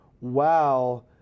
wow